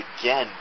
again